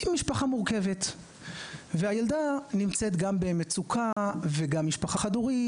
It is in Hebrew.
משפחה מורכבת והילדה נמצאת גם במצוקה וגם משפחה חד-הורית